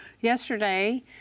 Yesterday